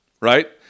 right